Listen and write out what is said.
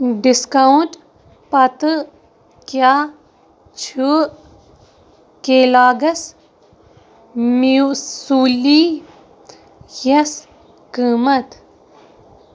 Discount پتہٕ کیٛاہ چھُ کیلاگَس میوٗسُلی یَس قۭمتھ؟